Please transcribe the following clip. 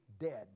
dead